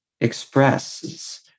expresses